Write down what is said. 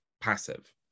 passive